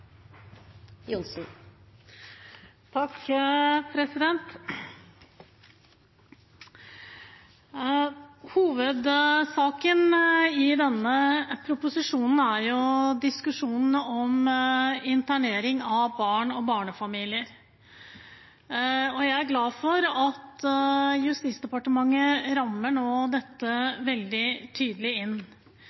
diskusjonen om internering av barn og barnefamilier. Jeg er glad for at Justis- og beredskapsdepartementet nå rammer dette veldig tydelig inn.